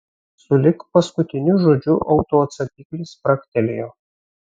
sulig paskutiniu žodžiu autoatsakiklis spragtelėjo